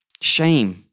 Shame